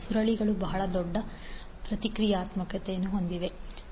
ಸುರುಳಿಗಳು ಬಹಳ ದೊಡ್ಡ ಪ್ರತಿಕ್ರಿಯಾತ್ಮಕತೆಯನ್ನು ಹೊಂದಿವೆ L 1 L 2 M → 2